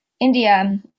India